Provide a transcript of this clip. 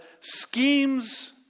schemes